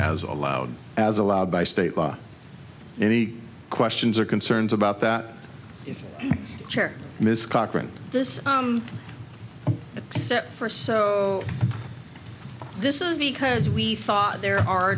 allowed as allowed by state law any questions or concerns about that chair miss cochran this except for so this is because we thought there are